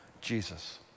Jesus